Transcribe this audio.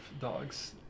dogs